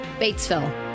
Batesville